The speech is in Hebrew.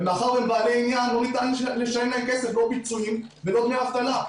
ומאחר והם בעלי עניין לא ניתן לשלם להם כסף לא פיצויים ולא דמי אבטלה.